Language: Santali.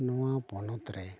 ᱱᱚᱶᱟ ᱯᱚᱱᱚᱛ ᱨᱮ